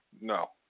no